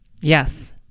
Yes